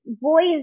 boys